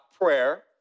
prayer